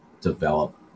develop